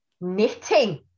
knitting